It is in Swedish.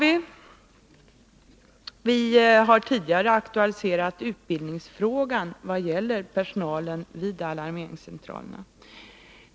Och vi har tidigare aktualiserat frågan om utbildning för personalen vid alarmeringscentralerna.